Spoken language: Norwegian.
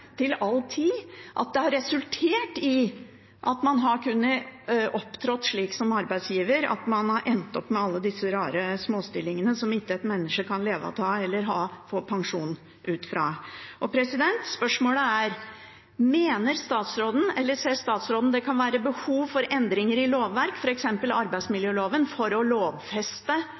til all tid at det har resultert i at man har kunnet opptre slik som arbeidsgiver at man har endt opp med alle disse rare småstillingene som ikke et menneske kan leve av eller få pensjon ut fra. Spørsmålet er: Ser statsråden at det kan være behov for endringer i lovverk, f.eks. i arbeidsmiljøloven, for å lovfeste